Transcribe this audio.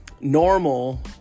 normal